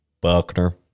Buckner